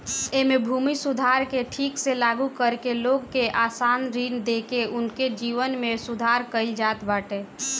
एमे भूमि सुधार के ठीक से लागू करके लोग के आसान ऋण देके उनके जीवन में सुधार कईल जात बाटे